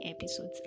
episodes